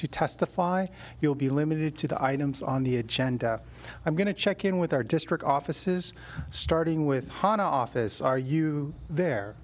to testify you'll be limited to the items on the agenda i'm going to check in with our district offices starting with hot office are you there